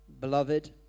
Beloved